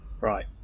Right